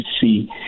see